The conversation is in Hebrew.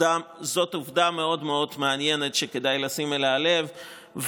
עובדה מאוד מעניינת שכדאי לשים אליה לב.